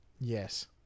Yes